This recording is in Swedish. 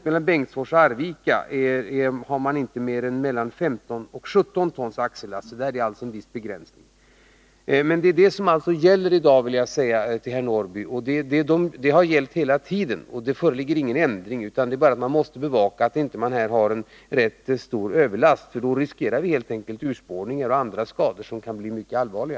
Mellan Bengtsfors och Arvika gäller däremot inte mer än 15-17 tons axellast. Där är det alltså en viss begränsning. Detta är, vill jag säga till Karl-Eric Norrby, vad som gäller i dag, och det har gällt hela tiden. Det föreligger alltså inga ändringar, utan det är bara fråga om att man måste bevaka att det inte blir rätt stora överlaster. Då riskerar man helt enkelt urspårningar och andra skador, som kan bli mycket allvarliga.